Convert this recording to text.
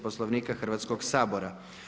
Poslovnika Hrvatskog sabora.